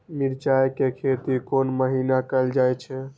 मिरचाय के खेती कोन महीना कायल जाय छै?